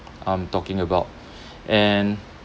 I'm talking about and